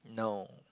no